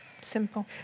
Simple